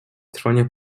trwania